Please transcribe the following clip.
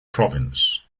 province